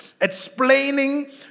explaining